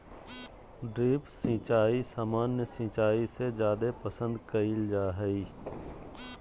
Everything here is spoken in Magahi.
ड्रिप सिंचाई सामान्य सिंचाई से जादे पसंद कईल जा हई